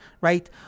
right